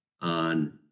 on